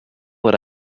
what